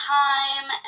time